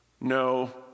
No